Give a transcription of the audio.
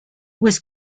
was